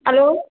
hello